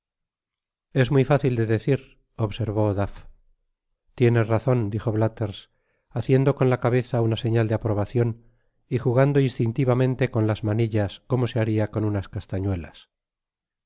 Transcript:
es muy fácil de decir observó duff tiene razon dijo biathers haciendo con la cabeza una señal de aprobacion y jugando instintivamente con las manillas como se haria con unas castañuelas